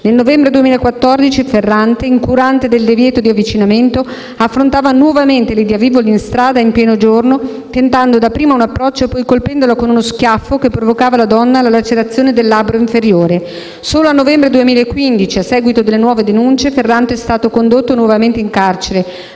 nel novembre 2014 Ferrante, incurante del divieto di avvicinamento, affrontava nuovamente Lidia Vivoli, in strada, in pieno giorno, tentando dapprima un approccio e poi colpendola con uno schiaffo che provocava alla donna la lacerazione del labbro inferiore; solo a novembre 2015, a seguito delle nuove denunce, Ferrante è stato condotto nuovamente in carcere,